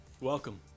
Welcome